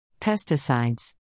Pesticides